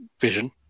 Vision